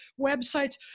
websites